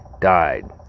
died